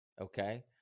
okay